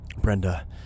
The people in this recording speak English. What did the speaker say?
Brenda